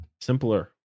Simpler